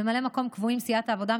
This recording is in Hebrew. ממלאי מקום קבועים: סיעת העבודה,